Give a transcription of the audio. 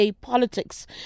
politics